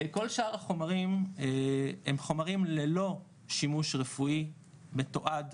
כל שאר החומרים הם חומרים ללא שימוש רפואי מתועד,